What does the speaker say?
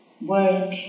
work